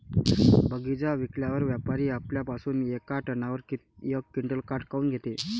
बगीचा विकल्यावर व्यापारी आपल्या पासुन येका टनावर यक क्विंटल काट काऊन घेते?